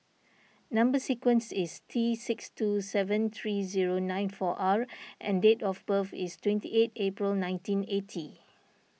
Number Sequence is T six two seven three zero nine four R and date of birth is twenty eight April nineteen eighty